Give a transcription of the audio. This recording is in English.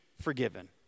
forgiven